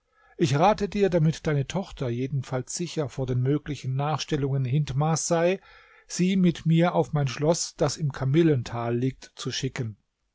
ich rate dir damit deine tochter jedenfalls sicher vor den möglichen nachstellungen hindmars sei sie mit mir auf mein schloß das im kamillental liegt zu schicken